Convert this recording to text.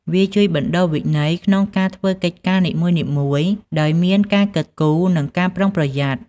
វាជួយបណ្ដុះវិន័យក្នុងការធ្វើកិច្ចការនីមួយៗ ដោយមានការគិតគូរ និងការប្រុងប្រយ័ត្ន។